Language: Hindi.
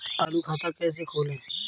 चालू खाता कैसे खोलें?